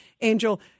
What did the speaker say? Angel